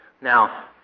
Now